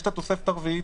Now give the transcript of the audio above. יש את התוספת הרביעית,